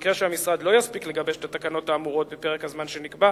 ובמקרה שהמשרד לא יספיק לגבש את התקנות האמורות בפרק הזמן שנקבע,